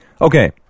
Okay